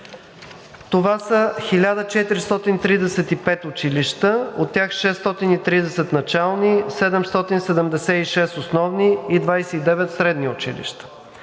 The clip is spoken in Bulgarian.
Това са 1435 училища – от тях: 630 начални, 776 основни и 29 средни училища.